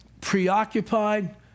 preoccupied